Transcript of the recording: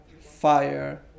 fire